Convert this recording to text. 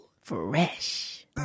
fresh